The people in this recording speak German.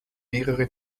mehrere